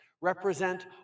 represent